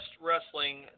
wrestling